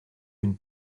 une